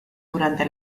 durante